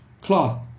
cloth